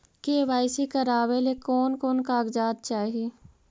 KYC करावे ले कोन कोन कागजात चाही?